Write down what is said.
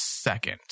second